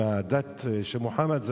מהדת של מוחמד,